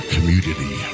Community